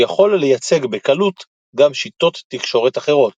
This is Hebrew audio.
הוא יכול לייצג בקלות גם שיטות תקשורת אחרות,